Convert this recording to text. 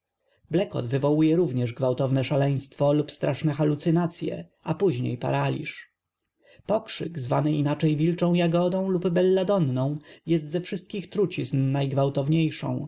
wywołuje również gwałtowne szaleństwo lub straszne haluncynacye a później paraliż pokrzyk zwany inaczej wilczą jagodą lub belladonną belladonną jest ze wszystkich trucizn najgwałtowniejszą